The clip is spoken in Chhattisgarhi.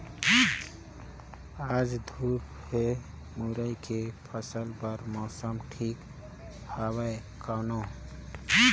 आज धूप हे मुरई के फसल बार मौसम ठीक हवय कौन?